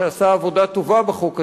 שעשה עבודה טובה בחוק הזה,